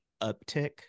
uptick